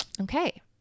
Okay